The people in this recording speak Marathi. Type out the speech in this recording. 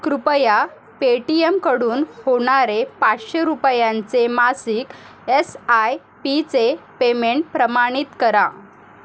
कृपया पेटीएमकडून होणारे पाचशे रुपयांचे मासिक एस आय पीचे पेमेंट प्रमाणित करा